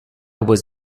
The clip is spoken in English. was